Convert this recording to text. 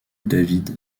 david